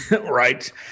Right